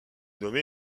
nommé